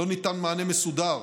לא ניתן מענה מסודר